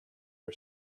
her